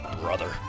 brother